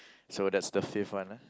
so that's the the fifth one ah